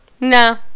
No